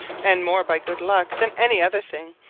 and, more by good luck than any other thing,